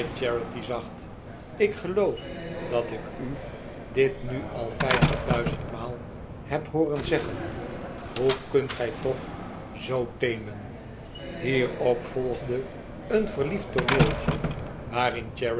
ik geloof dat ik u dit nu al vijftig duizendmaal heb hooren zeggen hoe kunt gij toch zoo teemen hierop volgde een verliefd tooneeltje waarin